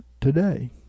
today